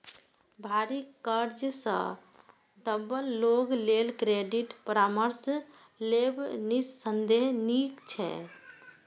भारी कर्ज सं दबल लोक लेल क्रेडिट परामर्श लेब निस्संदेह नीक छै